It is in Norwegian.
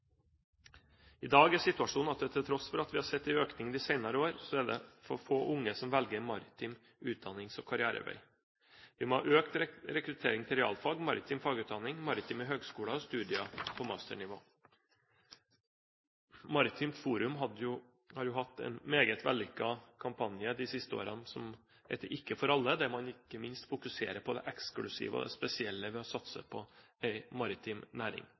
I dag er situasjonen, til tross for at vi har sett en økning i de senere år, at det er for få unge som velger en maritim utdannings- og karrierevei. Vi må ha økt rekruttering til realfag, maritim fagutdanning, maritime høgskoler og studier på masternivå. Maritimt Forum har hatt en meget vellykket kampanje de siste årene, som heter «Ikke for alle», der man ikke minst fokuserer på det eksklusive og spesielle ved å satse på en maritim næring.